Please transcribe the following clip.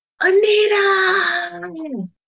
Anita